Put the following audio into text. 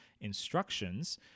instructions